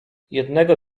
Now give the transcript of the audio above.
jednego